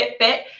Fitbit